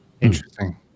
Interesting